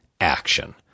action